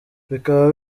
bikaba